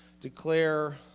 declare